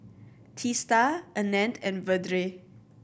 Teesta Anand and Vedre